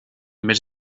més